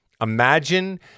imagine